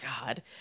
God